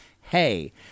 Hey